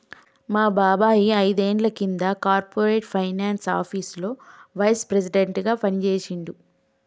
మా బాబాయ్ ఐదేండ్ల కింద కార్పొరేట్ ఫైనాన్స్ ఆపీసులో వైస్ ప్రెసిడెంట్గా పనిజేశిండు